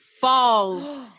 falls